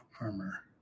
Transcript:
armor